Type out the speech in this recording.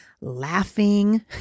Laughing